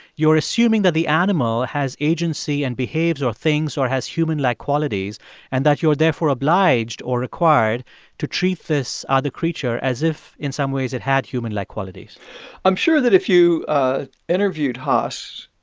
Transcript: you're assuming that the animal has agency and behaves or thinks or has human-like qualities and that you are therefore obliged or required to treat this other creature as if, in some ways, it had human-like qualities i'm sure that if you ah interviewed haast,